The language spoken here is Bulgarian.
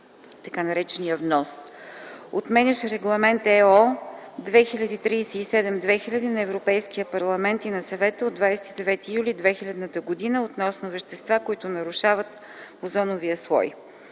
така наречения ВНОС, отменящ Регламент (ЕО) № 2037/2000 на Европейския парламент и на Съвета от 29 юни 2000 г. относно вещества, които нарушават озоновия слой.